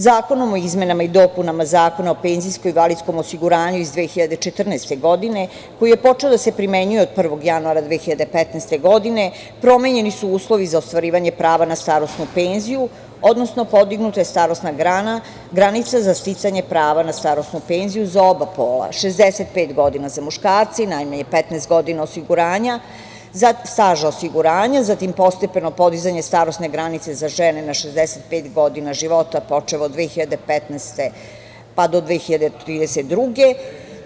Zakonom o izmenama i dopunama Zakona o penzijskom i invalidskom osiguranju iz 2014. godine, koji je počeo da se primenjuje od 1. januara 2015. godine, promenjeni su uslovi za ostvarivanje prava na starosnu penziju, odnosno podignuta je starosna granica za sticanje prava na starosnu penziju za oba pola, 65 godina za muškarce i najmanje 15 godina staža osiguranja, zatim postepeno podizanje starosne granice za žene na 65 godina života, počev od 2015, pa do 2032. godine.